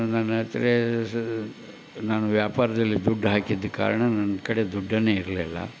ನನತ್ತಿರ ನಾನು ವ್ಯಾಪಾರದಲ್ಲಿ ದುಡ್ಡು ಹಾಕಿದ್ದ ಕಾರಣ ನನ್ನ ಕಡೆ ದುಡ್ಡೇ ಇರಲಿಲ್ಲ